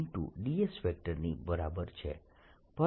dS ની બરાબર છે